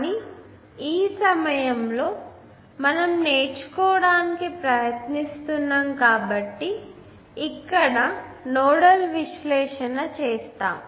కానీ ఈ సమయంలో మనం నేర్చుకోవడానికి ప్రయత్నిస్తున్నాము కాబట్టి ఇక్కడ నోడల్ విశ్లేషణ చేస్తాము